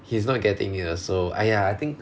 he's not getting it ah so !aiya! I think